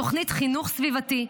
תוכנית חינוך סביבתי,